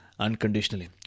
unconditionally